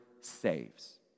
saves